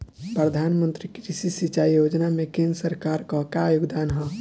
प्रधानमंत्री कृषि सिंचाई योजना में केंद्र सरकार क का योगदान ह?